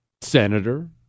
senator